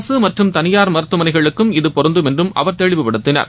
அரசு மற்றும் தனியார் மருத்துவமனைகளுக்கு இது பொருந்தும் என்றும் அவர் தெளிவுப்படுத்தினார்